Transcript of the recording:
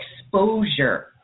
exposure